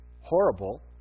horrible